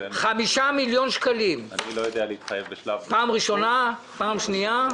5 מיליון שקלים פעם ראשונה, פעם שנייה ...